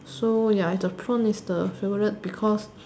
so ya the prawn is the favourite because